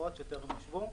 שטרם הושבו.